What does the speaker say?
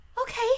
Okay